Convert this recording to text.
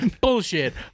bullshit